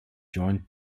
joined